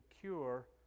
cure